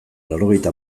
laurogeita